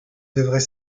devrait